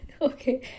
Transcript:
Okay